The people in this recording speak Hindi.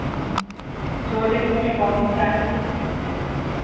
छोटे छोटे पौधे चाहिए